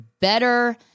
Better